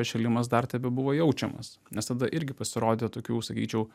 atšilimas dar tebebuvo jaučiamas nes tada irgi pasirodė tokių sakyčiau